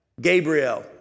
Gabriel